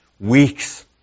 weeks